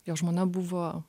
jo žmona buvo